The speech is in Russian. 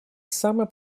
самое